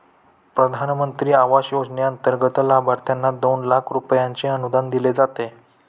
प्रधानमंत्री आवास योजनेंतर्गत लाभार्थ्यांना दोन लाख रुपयांचे अनुदान दिले जाते